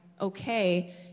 okay